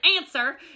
answer